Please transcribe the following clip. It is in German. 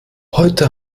heute